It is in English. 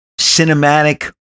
cinematic